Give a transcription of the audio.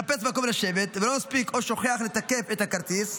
מחפש מקום לשבת ולא מספיק או שוכח לתקף את הכרטיס,